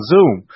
Zoom